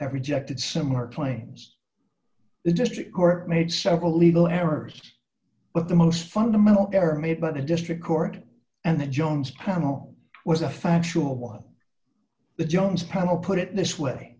have rejected similar claims the district court made several legal errors but the most fundamental error made by the district court and the jones panel was a factual one the jones panel put it this way